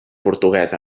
portuguès